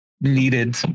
needed